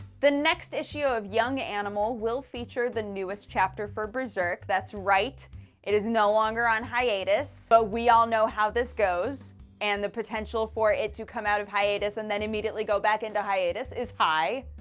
the next issue of young animal will feature the newest chapter for berserk. that's right it is no longer on hiatus. but we all know how this goes and the potential for it to come out of hiatus and then immediately go back into hiatus is hi.